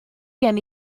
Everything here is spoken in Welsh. gen